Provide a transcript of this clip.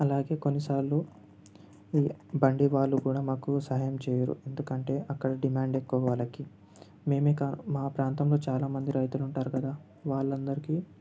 అలాగే కొన్నిసార్లు బండి వాళ్ళు కూడా మాకు సహాయం చేయరు ఎందుకంటే అక్కడ డిమాండ్ ఎక్కువ వాళ్ళకి మేము ఇక మా ప్రాంతంలో చాలామంది రైతులు ఉంటారు కదా వాళ్ళందరికీ